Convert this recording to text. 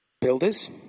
builders